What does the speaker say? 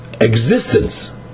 existence